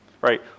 right